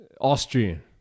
Austrian